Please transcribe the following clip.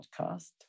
podcast